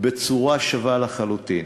בצורה שווה לחלוטין.